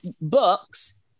books